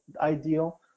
ideal